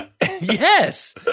Yes